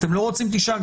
אתם לא רוצים תשעה,